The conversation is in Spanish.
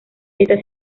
esta